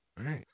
right